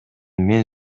мен